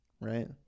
right